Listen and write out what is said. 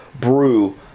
brew